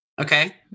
Okay